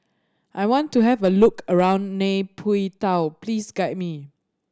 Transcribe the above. I want to have a look around Nay Pyi Taw please guide me